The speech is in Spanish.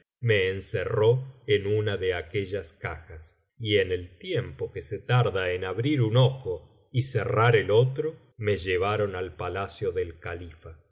me encerró en una de aquellas cajas y en el tiempo que se tarda en abrir un ojo y cerrar el otro me llevaron al palacio del califa y